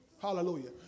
Hallelujah